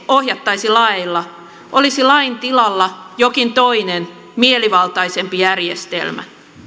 ohjattaisi laeilla olisi lain tilalla jokin toinen mielivaltaisempi järjestelmä